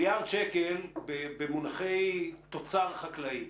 מה יניבו לי מיליארד שקל במובני תוצר חקלאי?